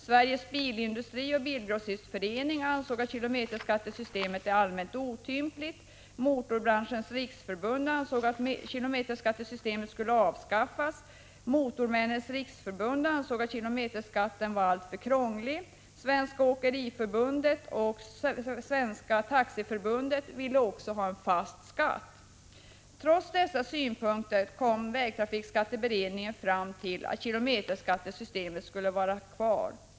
Sveriges bilindu Trots dessa synpunkter kom vägtrafikskatteberedningen fram till att kilometerskattesystemet skulle vara kvar.